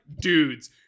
dudes